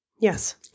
Yes